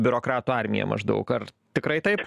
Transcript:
biurokratų armiją maždaug ar tikrai taip